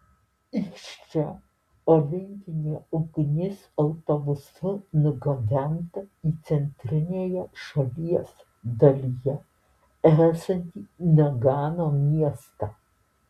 iš čia olimpinė ugnis autobusu nugabenta į centrinėje šalies dalyje esantį nagano miestą